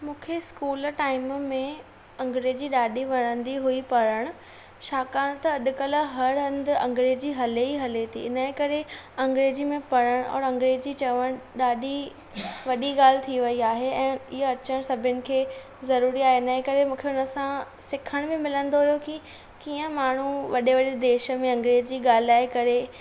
मूंखे school time में अंग्रेजी ॾाढी वणंदी हुई पढ़ण छाकाणि त अॼुकल्ह हर हंधु अंग्रेजी हले ई हले थी हीन ई करे अंग्रेजीअ में पढ़ण और अंग्रेजी चवण ॾाढी वॾी ॻाल्हि थी वेई आहे ऐं इअं अचण सभिनी खे ज़रूरी आहे हिनजे करे मूंखे हुन सां सिखण बि मिलंदो हुओ कि कीअं माण्हू वॾे वॾे देश में अंग्रेजी ॻाल्हाए करे